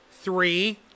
Three